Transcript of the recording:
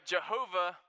Jehovah